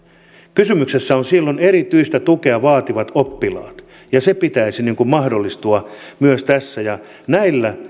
kysymyksessä ovat silloin erityistä tukea vaativat oppilaat ja sen pitäisi mahdollistua myös tässä näillä